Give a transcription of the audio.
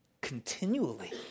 continually